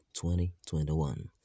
2021